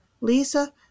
Lisa